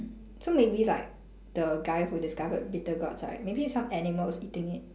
so maybe like the guy who discovered bitter gourds right maybe some animals eating it